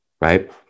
right